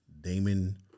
Damon